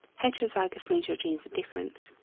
heterozygous means your genes are different.